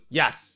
yes